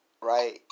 right